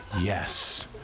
Yes